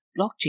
blockchain